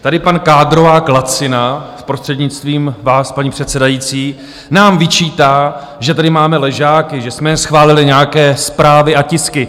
Tady pan kádrovák Lacina, prostřednictvím vás, paní předsedající, nám vyčítá, že tady máme ležáky, že jsme neschválili nějaké zprávy a tisky.